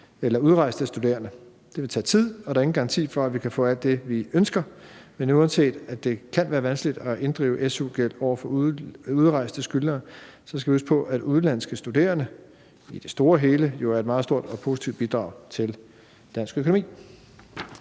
for udrejste studerende. Det vil tage tid, og der er ingen garanti for, at vi kan få alt det, vi ønsker, men uanset at det kan være vanskeligt at inddrive su-gæld hos udrejste skyldnere, så skal vi huske på, at udenlandske studerende i det store hele jo er et meget stort og positivt bidrag til dansk økonomi.